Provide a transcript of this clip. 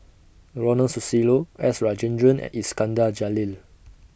Ronald Susilo S Rajendran and Iskandar Jalil